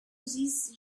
these